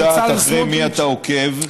פייסבוק יודעת אחרי מי אתה עוקב,